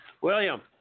William